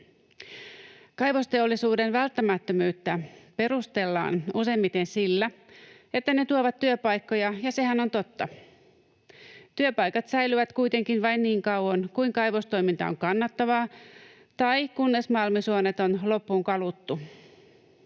Kaivosteollisuuden välttämättömyyttä perustellaan useimmiten sillä, että kaivokset tuovat työpaikkoja, ja sehän on totta. Työpaikat säilyvät kuitenkin vain niin kauan kuin kaivostoiminta on kannattavaa tai kunnes malmisuonet on loppuun kaluttu.